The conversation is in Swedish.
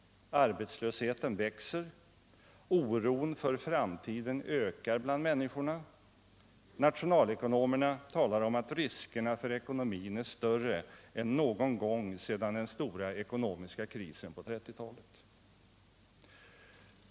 Arbetslösheten växer. Oron för framtiden ökar bland människorna. Nationalekonomerna talar om att riskerna för ekonomin är större än någon gång sedan den stora ekonomiska krisen på 1930-talet.